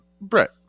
Brett